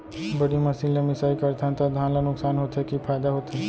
बड़ी मशीन ले मिसाई करथन त धान ल नुकसान होथे की फायदा होथे?